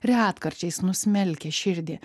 retkarčiais nusmelkia širdį